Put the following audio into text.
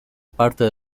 parte